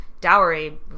dowry